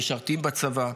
משרתים בצבא,